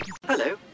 Hello